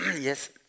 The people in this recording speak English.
yes